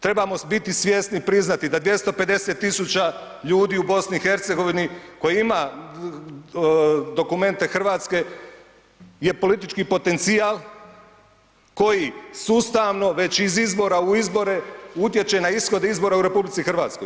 Trebamo biti svjesni i priznati da 250 tisuća ljudi u BiH koji ima dokumente Hrvatske je politički potencijal koji sustavno već iz izbora u izbore utječe na ishod izbora u RH.